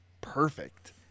perfect